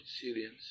Syrians